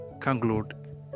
conclude